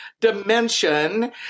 dimension